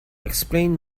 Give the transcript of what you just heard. explain